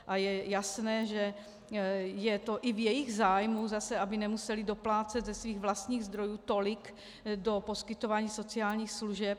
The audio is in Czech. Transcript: A je jasné, že je to i v jejich zájmu zase, aby nemusely doplácet ze svých vlastních zdrojů tolik do poskytování sociálních služeb.